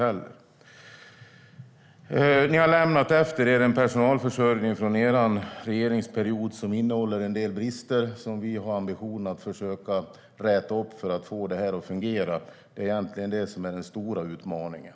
Ni har, Hans Wallmark, från er regeringsperiod lämnat efter er en personalförsörjning som innehåller en del brister. Vi har ambitionen att försöka räta upp dem för att få det hela att fungera. Det är egentligen den stora utmaningen.